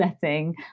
setting